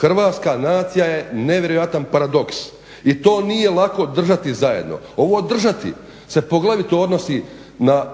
Hrvatska nacija je nevjerojatan paradoks i to nije lako držati zajedno. Ovo držati se poglavito odnosi na